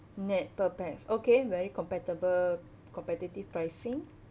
nett per pax okay very compatible competitive pricing